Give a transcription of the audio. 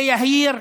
זה יהיר,